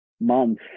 month